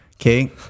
okay